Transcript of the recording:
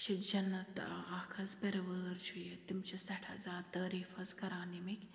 یہِ چھِ جنت اَکھ حظ پِرٕوٲر چھُ یہِ تِم چھِ سٮ۪ٹھاہ زیادٕ تٲریٖف حظ کَران ییٚمِکۍ